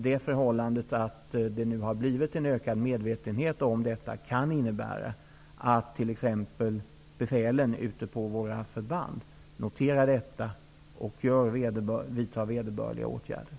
Det förhållandet att det nu har blivit en ökad medvetenhet om missbruket kan innebära att t.ex. befälen ute på våra förband noterar detta och vidtar vederbörliga åtgärder.